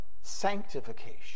sanctification